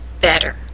better